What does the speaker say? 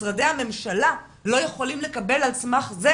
משרדי הממשלה לא יכולים לקבל על סמך זה